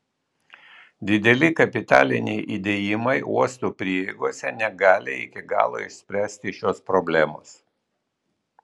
dideli kapitaliniai įdėjimai uostų prieigose negali iki galo išspręsti šios problemos